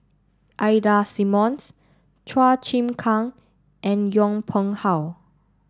Ida Simmons Chua Chim Kang and Yong Pung How